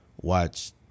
watch